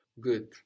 good